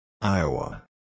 Iowa